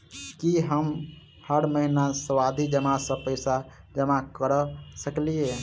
की हम हर महीना सावधि जमा सँ पैसा जमा करऽ सकलिये?